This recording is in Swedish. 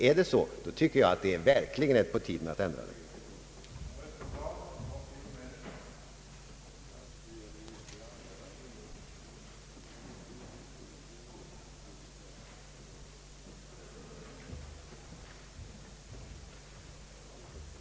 Om det är så, då tycker jag att det verkligen är på tiden att ändra på detta förhållande.